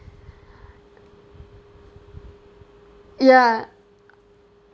ya